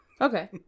Okay